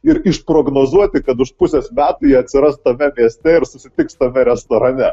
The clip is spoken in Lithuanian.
ir išprognozuoti kad už pusės metų jie atsiras tame mieste ir susitiks tame restorane